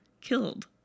killed